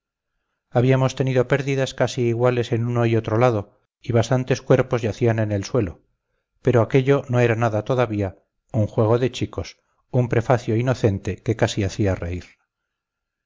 habíamos tenido pérdidas casi iguales en uno y otro lado y bastantes cuerpos yacían en el suelo pero aquello no era nada todavía un juego de chicos un prefacio inocente que casi hacía reír